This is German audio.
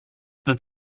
wird